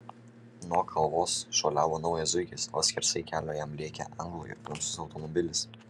nuo kalvos šuoliavo naujas zuikis o skersai kelio jam lėkė anglo ir prancūzo automobilis